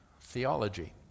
theology